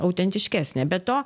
autentiškesnę be to